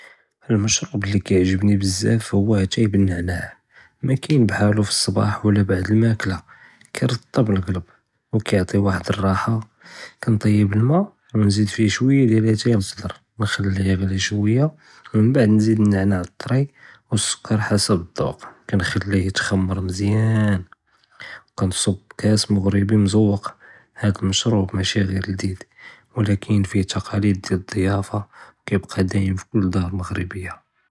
אלמַשְרוּבּ לִי כִּיעְ׳גְ׳בּנִי בּזַאפ הוּא אֻתַאי בּאלנַעְנַאע, מא כַּאיְן בּחַאלו פִי אֶצּבַּאח ולא בּעְד אֶלמַאכְּלַה, כִּירְטִבּ אֶלקַּלְב וּכִּיעְטִי וַחְד אֶלרַאחַא, כּנְטַיְבּ אֶלמַאא וּנְזִיד פִיה שׁוּיַא דִיַאל לְאַתַאי לאַחְ׳דַר נְחַלִיה יִעְ׳לִי שׁוּיַא, וּמִנְבּעְד נְזִיד אֶלנַעְנַאע אֶלטרִי וּאֶלסֻכַּּר חַסַב אֶלדוּקּ, כּנְחַלִיה יִתְחַ׳מַר מְזִיַאן וּכנְצֻבּ כּאס מְעְ׳רִיבִּי מְזוּוֶקּ, האד אֶלמַשְרוּבּ מאשִי עְ׳יר לְדִיד ולכּן פִיה תַקַּאלִיד דִיַאל אֶלדִּיַאפַא כִּיבְּקַּא דַאיְם פִי כֻּל דַאר מְעְ׳רִיבִּיַא.